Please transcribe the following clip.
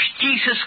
Jesus